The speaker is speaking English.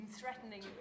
threatening